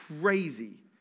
crazy